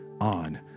on